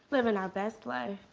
living our best life.